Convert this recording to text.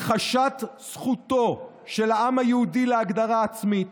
הכחשת זכותו של העם היהודי להגדרה עצמית,